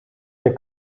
der